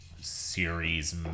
series